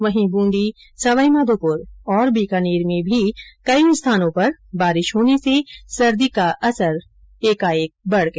वहीं बूंदी सवाईमाधोपुर और बीकानेर में भी कई स्थानों पर बारिश होने से सर्दी का असर बढ गया